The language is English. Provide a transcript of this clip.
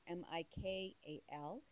m-i-k-a-l